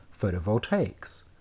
photovoltaics